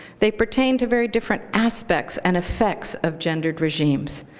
they pertain to very different aspects and effects of gendered regimes.